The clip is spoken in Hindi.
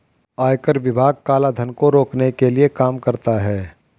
आयकर विभाग काला धन को रोकने के लिए काम करता है